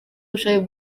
ubushake